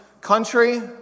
country